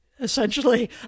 essentially